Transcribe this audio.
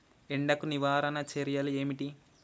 ఎండకు నివారణ చర్యలు ఏమిటి?